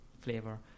flavor